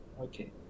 Okay